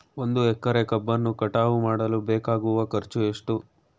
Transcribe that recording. ಒಂದು ಎಕರೆ ಕಬ್ಬನ್ನು ಕಟಾವು ಮಾಡಲು ಬೇಕಾಗುವ ಖರ್ಚು ಎಷ್ಟು?